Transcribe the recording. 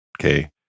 Okay